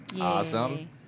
Awesome